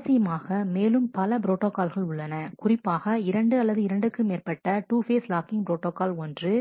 சுவாரசியமாக மேலும் பல ப்ரோட்டாகால்கள் உள்ளன குறிப்பாக இரண்டு அல்லது இரண்டிற்கு மேற்பட்ட 2 ஃபேஸ் லாக்கிங் புரோட்டோகால் ஒன்று